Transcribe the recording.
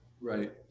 Right